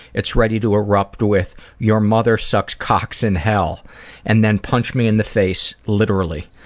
it's ready to erupt with your mother sucks cocks in hell and then punch me in the face literally.